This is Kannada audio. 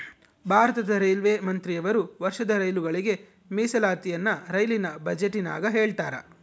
ಭಾರತದ ರೈಲ್ವೆ ಮಂತ್ರಿಯವರು ವರ್ಷದ ರೈಲುಗಳಿಗೆ ಮೀಸಲಾತಿಯನ್ನ ರೈಲಿನ ಬಜೆಟಿನಗ ಹೇಳ್ತಾರಾ